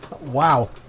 Wow